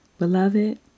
Beloved